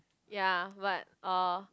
ya but uh